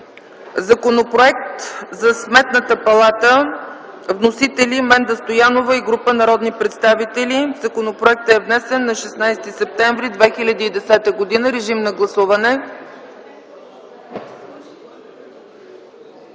Законопроекта за Сметната палата с вносители Менда Стоянова и група народни представители. Законопроектът е внесен на 16 септември 2010 г. Гласували